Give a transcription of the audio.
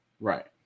right